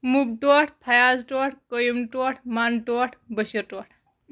مُبہٕ ٹوٹھ فیاض ٹوٹھ قیوٗم ٹوٹھ مَنہٕ ٹوٹھ بشیٖر ٹوٹھ